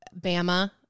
Bama